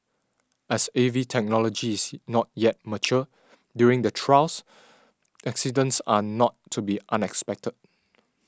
as A V technology's not yet mature during the trials accidents are not to be unexpected